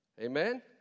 Amen